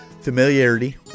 familiarity